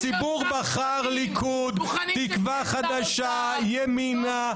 הציבור בחר ליכוד, תקווה חדשה, ימינה.